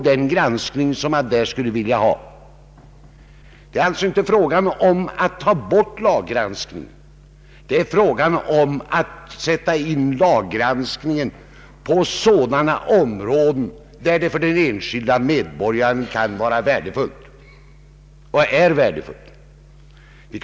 Det är alltså inte fråga om att ta bort lagrådsgranskning, utan frågan gäller att sätta in lagrådsgranskningen på sådana områden där det för den enskilde medborgaren kan vara och är värdefullt.